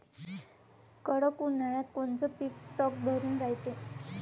कडक उन्हाळ्यात कोनचं पिकं तग धरून रायते?